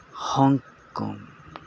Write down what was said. Hong Kong